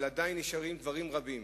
אבל עדיין נשארים דברים רבים